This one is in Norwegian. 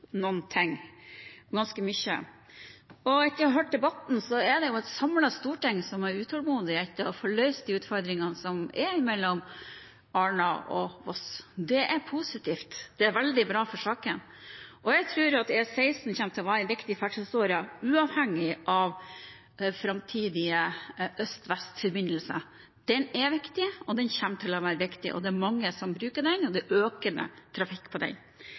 Etter å ha hørt debatten ser jeg at det er et samlet Storting som er utålmodig etter å få løst de utfordringene som er mellom Arna og Voss. Det er positivt, det er veldig bra for saken. Jeg tror at E16 kommer til å være en viktig ferdselsåre uavhengig av framtidige øst-vest-forbindelser. Den er viktig, og den kommer til å være viktig. Det er mange som bruker den, og det er økende trafikk på